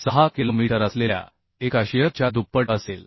6 kilometre असलेल्या एका shear च्या दुप्पट असेल